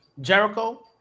Jericho